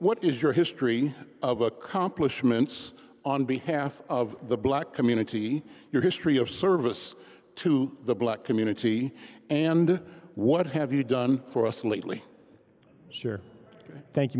what is your history of accomplishments on behalf of the black community your history of service to the black community and what have you done for us lately sure thank you